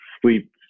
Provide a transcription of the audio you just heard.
sleep